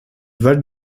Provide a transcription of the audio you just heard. val